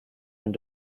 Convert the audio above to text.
and